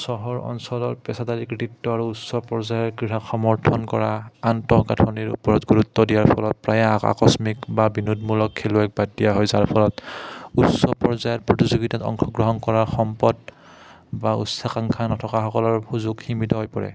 চহৰ অঞ্চলৰ পেচাদাৰী কৃতিত্ব আৰু উচ্চ পৰ্যায়ৰ ক্ৰীড়া সমৰ্থন কৰা আন্তঃগাঁঠনিৰ ওপৰত গুৰুত্ব দিয়াৰ ফলত প্ৰায় আ আকস্মিক বা বিনোদমূলক খেলুৱৈক বাদ দিয়া হয় যাৰ ফলত উচ্চ পৰ্যায়ৰ প্ৰতিযোগিতাত অংশগ্ৰহণ কৰা সম্পদ বা উচ্চাকাংক্ষা নথকাসকলৰ সুযোগ সীমিত হৈ পৰে